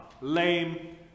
lame